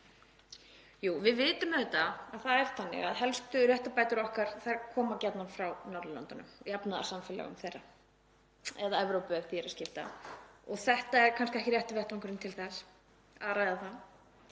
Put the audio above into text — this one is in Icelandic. Við vitum að það er þannig að helstu réttarbætur okkar koma gjarnan frá Norðurlöndunum, jafnaðarsamfélögum þeirra, eða Evrópu ef því er að skipta, og þetta er kannski ekki rétti vettvangurinn til þess að ræða það.